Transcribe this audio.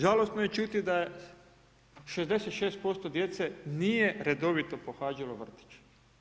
Žalosno je čuti da je 66% djece nije redovito pohađalo vrtić.